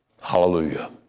Hallelujah